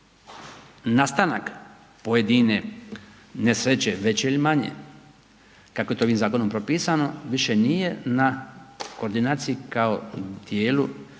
nastanak pojedine nesreće veće ili manje kako je to ovim zakonom propisano više nije na koordinaciji kao tijelu